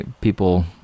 people